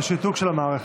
זה שיתוק של המערכת.